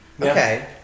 Okay